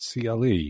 CLE